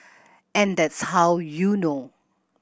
and that's how you know